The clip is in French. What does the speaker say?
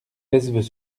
mesves